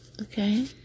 Okay